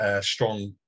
strong